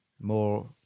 more